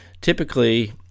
Typically